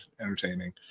entertaining